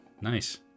Nice